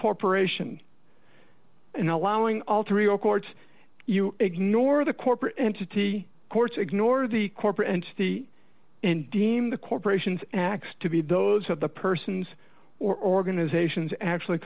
corporation and allowing all three o courts you ignore the corporate entity courts ignore the corporate entity and deem the corporations act to be those of the persons or organizations actually